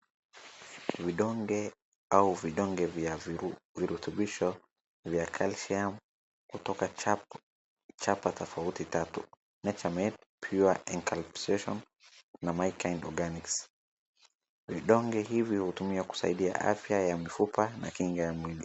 Vidonge au vidonge vya virutubisho vya calcium kutoka chapa tofauti tatu, Nechamen, Pure Encapsulations na Mykind organcs. Vidonge hivi hutumia kusaidia afya ya mifupa na kinga ya mwili.